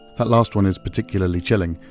that last one is particularly chilling,